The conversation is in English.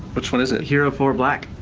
which one is it? hero four black.